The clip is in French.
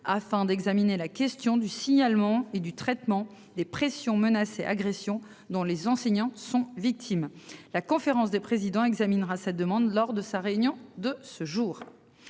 afin d'examiner la question du signalement et du traitement des pressions, menaces et agressions dont les enseignants sont victimes. La conférence des présidents examinera sa demande lors de sa réunion de ce jour.